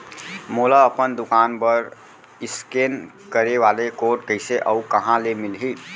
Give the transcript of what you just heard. मोला अपन दुकान बर इसकेन करे वाले कोड कइसे अऊ कहाँ ले मिलही?